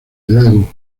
lago